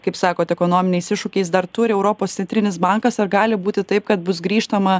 kaip sakot ekonominiais iššūkiais dar turi europos centrinis bankas ar gali būti taip kad bus grįžtama